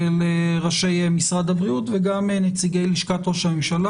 ראשי משרד הבריאות וגם נציגי משרד ראש הממשלה.